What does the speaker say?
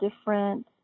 different